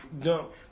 dump